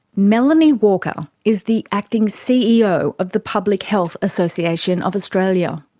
melanie walker is the acting ceo of the public health association of australia.